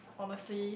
honestly